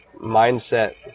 mindset